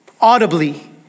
audibly